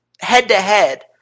head-to-head